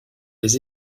des